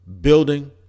Building